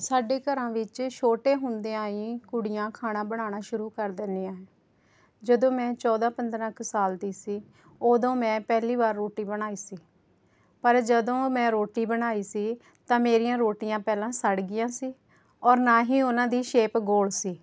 ਸਾਡੇ ਘਰਾਂ ਵਿੱਚ ਛੋਟੇ ਹੁੰਦਿਆਂ ਹੀ ਕੁੜੀਆਂ ਖਾਣਾ ਬਣਾਉਣਾ ਸ਼ੁਰੂ ਕਰ ਦਿੰਦੀਆਂ ਜਦੋਂ ਮੈਂ ਚੌਦਾਂ ਪੰਦਰਾਂ ਕੁ ਸਾਲ ਦੀ ਸੀ ਉਦੋਂ ਮੈਂ ਪਹਿਲੀ ਵਾਰ ਰੋਟੀ ਬਣਾਈ ਸੀ ਪਰ ਜਦੋਂ ਮੈਂ ਰੋਟੀ ਬਣਾਈ ਸੀ ਤਾਂ ਮੇਰੀਆਂ ਰੋਟੀਆਂ ਪਹਿਲਾਂ ਸੜ ਗਈਆਂ ਸੀ ਔਰ ਨਾ ਹੀ ਉਹਨਾਂ ਦੀ ਸ਼ੇਪ ਗੋਲ ਸੀ